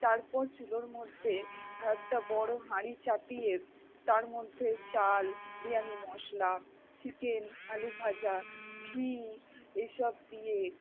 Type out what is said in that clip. তারপর চুলোর মধ্যে একটা বড়ো হাঁড়ি চাপিয়ে তার মধ্যে চাল বিরিয়ানি মশলা চিকেন আলু ভাজা ঘি এসব দিয়ে